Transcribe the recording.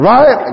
Right